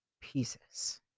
pieces